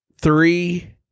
three